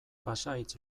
pasahitz